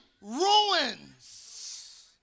ruins